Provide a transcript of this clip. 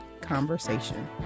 conversation